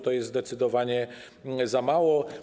To jest zdecydowanie za mało.